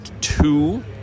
two